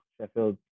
Sheffield